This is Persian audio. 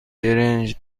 برنج